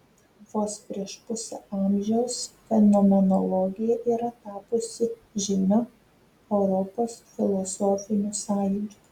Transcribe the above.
vos prieš pusę amžiaus fenomenologija yra tapusi žymiu europos filosofiniu sąjūdžiu